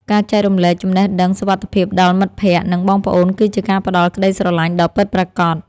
ការចែករំលែកចំណេះដឹងសុវត្ថិភាពដល់មិត្តភក្តិ និងបងប្អូនគឺជាការផ្តល់ក្តីស្រឡាញ់ដ៏ពិតប្រាកដ។